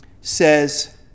says